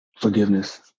Forgiveness